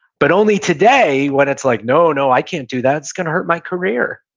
but only today, when it's like, no, no. i can't do that. it's going to hurt my career.